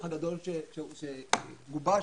שגובש.